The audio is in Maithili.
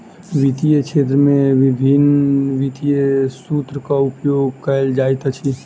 वित्तीय क्षेत्र में विभिन्न वित्तीय सूत्रक उपयोग कयल जाइत अछि